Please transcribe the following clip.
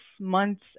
months